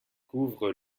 couvre